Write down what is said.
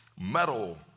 metal